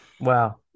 Wow